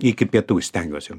iki pietų stengiuos jau